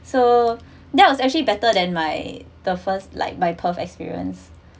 so that was actually better than my the first like my perth experience